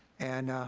and